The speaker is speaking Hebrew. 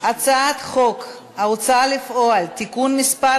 הצעת חוק ההוצאה לפועל (תיקון מס'